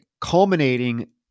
Culminating